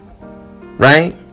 Right